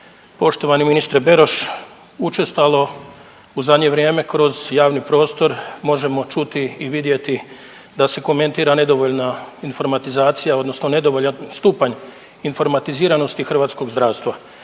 Poštovani ministre Beroš, učestalo u zadnje vrijeme kroz javni prostor možemo čuti i vidjeti da se komentira nedovoljna informatizacija odnosno nedovoljan stupanj informatiziranosti hrvatskog zdravstva.